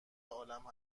عالم